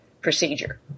procedure